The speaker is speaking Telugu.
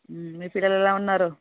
మీ పిల్లలు ఎలా ఉన్నారు